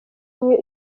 niyo